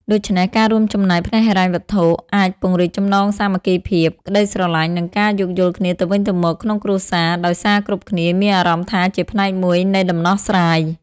ដូច្នេះ ការរួមចំណែកផ្នែកហិរញ្ញវត្ថុអាចពង្រឹងចំណងសាមគ្គីភាព ក្ដីស្រឡាញ់ និងការយោគយល់គ្នាទៅវិញទៅមកក្នុងគ្រួសារ ដោយសារគ្រប់គ្នាមានអារម្មណ៍ថាជាផ្នែកមួយនៃដំណោះស្រាយ។